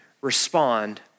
respond